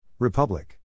Republic